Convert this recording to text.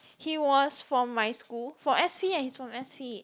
he was from my school from s_p eh he's from s_p